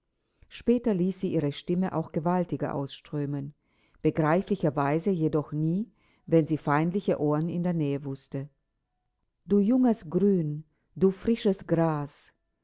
später ließ sie ihre stimme auch gewaltiger ausströmen begreiflicherweise jedoch nie wenn sie feindliche ohren in der nähe wußte du junges grün du frisches gras